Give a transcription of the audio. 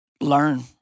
learn